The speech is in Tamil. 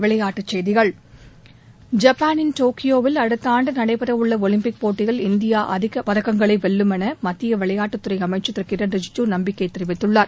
விளையாட்டுச்செய்திகள் ஜப்பானின் டோக்கியோவில் அடுத்த ஆண்டு நடைபெற உள்ள ஒலிம்பிக் போட்டியில் இந்தியா அதிக பதக்கங்களை வெல்லும் என மத்திய விளையாட்டுத்துறை அமைச்சர் திரு கிரண் ரிஜிஜூ நம்பிக்கை தெரிவித்துள்ளார்